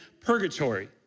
purgatory